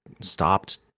stopped